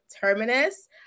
Terminus